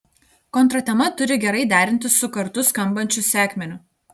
kontratema turi gerai derintis su kartu skambančiu sekmeniu